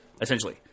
Essentially